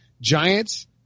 Giants